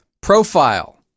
Profile